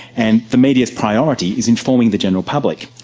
and the media's priority is informing the general public.